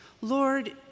Lord